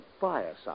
fireside